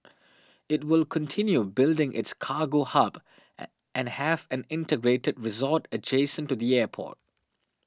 it will continue building its cargo hub and have an integrated resort adjacent to the airport